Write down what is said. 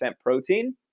protein